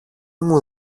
μου